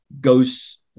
goes